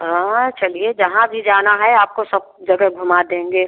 हाँ चलिए जहाँ भी जाना है आपको सब जगह घुमा देंगे